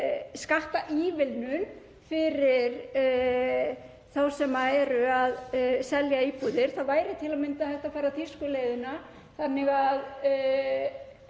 skattaívilnun fyrir þá sem eru að selja íbúðir. Það væri til að mynda hægt að fara þýsku leiðina þannig að